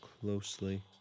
closely